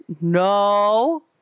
No